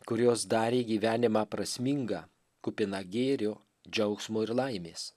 kurios darė gyvenimą prasmingą kupiną gėrio džiaugsmo ir laimės